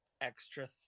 extra